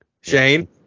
Shane